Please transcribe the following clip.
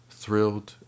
thrilled